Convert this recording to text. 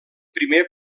primer